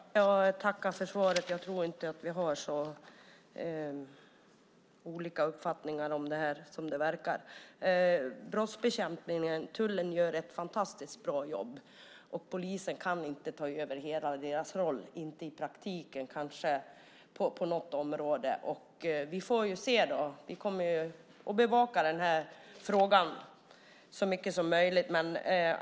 Herr talman! Jag tackar ministern för svaret. Jag tror inte att vi har så olika uppfattningar om detta som det kan verka. Tullen gör ett fantastiskt bra jobb. Polisen kan inte ta över hela deras roll, inte i praktiken men kanske på något område. Vi får se. Vi kommer att bevaka frågan så mycket som möjligt.